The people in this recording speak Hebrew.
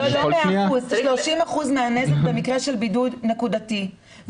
לא 100%. 30% מהנזק במקרה של בידוד נקודתי.